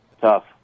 tough